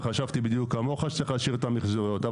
וחשבתי בדיוק כמוך שצריך להשאיר את המיחזוריות.